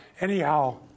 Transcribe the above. Anyhow